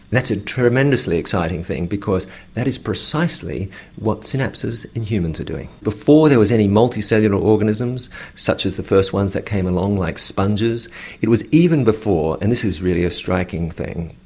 that's a tremendously exciting thing because that is precisely what synapses in humans are doing. before there was any multi-cellular organisms such as the first ones that came along like sponges it was even before, and this is really a striking thing,